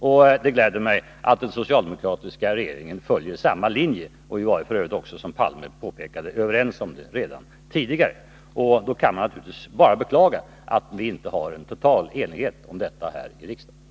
Och det gläder mig att den socialdemokratiska regeringen följer samma linje. Vi var f. ö. också, som Olof Palme påpekade, överens om detta redan tidigare. Då kan man naturligtvis bara beklaga att vi inte har en total enighet om detta här i riksdagen.